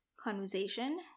conversation